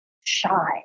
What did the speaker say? shy